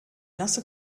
nasse